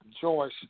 Joyce